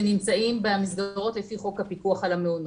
שנמצאים במסגרות לפי חוק הפיקוח על המעונות.